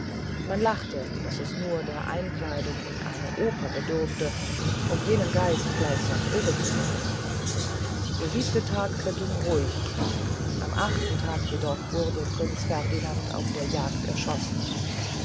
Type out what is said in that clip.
man lachte daß es nur der einkleidung in eine oper bedurfte um jenen geist gleichsam irre zu machen der siebente tag verging ruhig am achten jedoch wurde prinz ferdinand auf der jagd erschossen